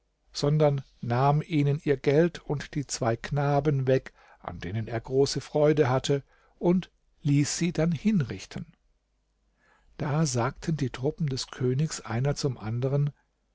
sondern nahm ihnen ihr geld und die zwei knaben weg an denen er große freude hatte und ließ sie dann hinrichten da sagten die truppen des königs einer zum andern